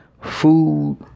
food